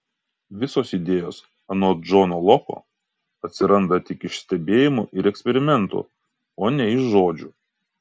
visos idėjos anot džono loko atsiranda tik iš stebėjimų ir eksperimentų o ne iš žodžių